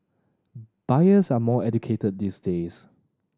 buyers are more educated these days